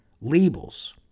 labels